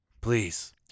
Please